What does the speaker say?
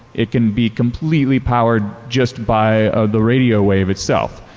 it can be completely powered just by the radio wave itself.